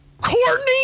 Courtney